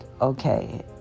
okay